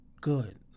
good